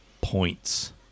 points